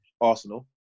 Arsenal